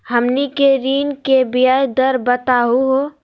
हमनी के ऋण के ब्याज दर बताहु हो?